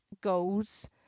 goes